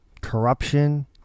corruption